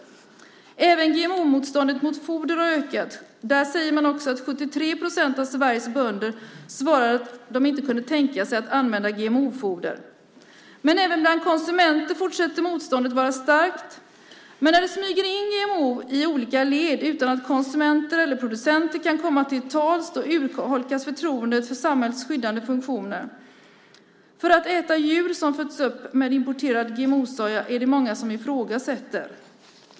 Även GMO-motståndet mot foder har ökat. 73 procent av Sveriges bönder svarar att de inte kunde tänka sig att använda GMO-foder. Även bland konsumenter fortsätter motståndet att vara starkt. Men när det smyger in GMO i olika led utan att konsumenter eller producenter kan komma till tals urholkas förtroendet för samhällets skyddande funktioner. Att äta djur som föds upp med importerad GMO-soja är det många som ifrågasätter.